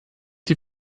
die